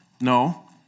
No